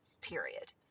period